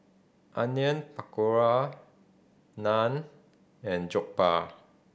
Onion Pakora Naan and Jokbal